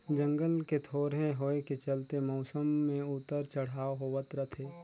जंगल के थोरहें होए के चलते मउसम मे उतर चढ़ाव होवत रथे